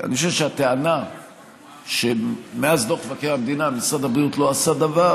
שאני חושב שהטענה שמאז דוח מבקר המדינה משרד הבריאות לא עשה דבר,